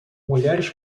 mulheres